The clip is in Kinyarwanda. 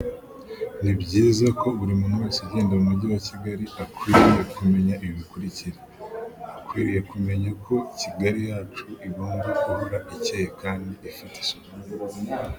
Ni byiza ko buri muntu wese ugenda mu mujyi wa Kigali akwiriye kumenya ibi bikurikira, dukwiriye kumenya ko Kigali yacu igomba guhora icyeye kandi ifite isuku.